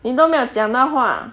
你都没有讲到话